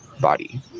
body